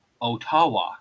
Ottawa